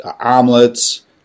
omelets